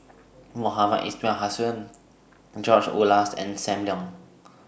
Mohamed Ismail Hussain George Oehlers and SAM Leong